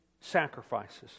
sacrifices